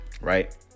right